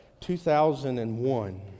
2001